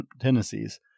tendencies